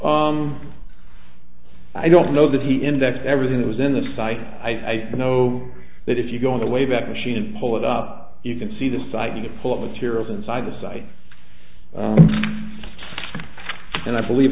i don't know that he indexed everything that was in the site i know that if you go on the way back machine and pull it up you can see the site to pull up materials inside the site and i believe